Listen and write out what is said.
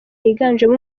yiganjemo